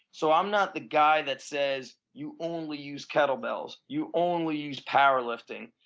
so i'm not the guy that says, you only use kettlebells, you only use powerlifting.